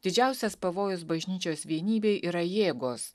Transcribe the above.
didžiausias pavojus bažnyčios vienybei yra jėgos